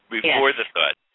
before-the-thought